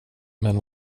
men